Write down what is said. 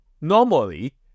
Normally